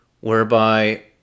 Whereby